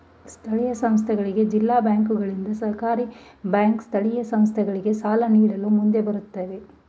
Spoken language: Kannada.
ಸ್ಥಳೀಯ ಸಂಸ್ಥೆಗಳಿಗೆ ಜಿಲ್ಲಾ ಬ್ಯಾಂಕುಗಳಿಂದ, ಸಹಕಾರಿ ಬ್ಯಾಂಕ್ ಸ್ಥಳೀಯ ಸಂಸ್ಥೆಗಳಿಗೆ ಸಾಲ ನೀಡಲು ಮುಂದೆ ಬರುತ್ತವೆ